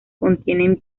contienen